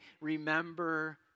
remember